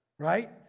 Right